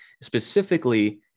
Specifically